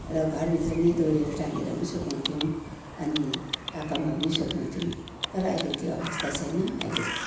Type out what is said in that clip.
र घरभित्र पनि दोरीहरू टाङ्गेर पनि सुकाउँथ्यौँ अनि टापामा पनि सुकाउँथ्यौँ तर अहिले त्यो अवस्था छैन अहिले